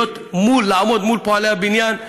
לעמוד מול פועלי הבניין,